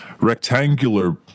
rectangular